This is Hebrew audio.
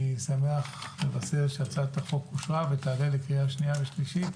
אני שמח לבשר שהצעת החוק אושרה ותעלה לקריאה שנייה ושלישית